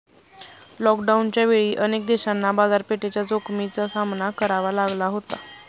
लॉकडाऊनच्या वेळी अनेक देशांना बाजारपेठेच्या जोखमीचा सामना करावा लागला होता